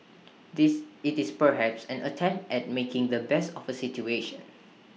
this IT is perhaps an attempt at making the best of A situation